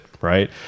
Right